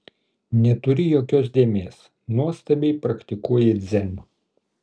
neturi jokios dėmės nuostabiai praktikuoji dzen